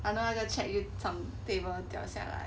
然后那个 cheque 又从 table 掉下来